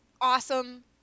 awesome